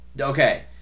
Okay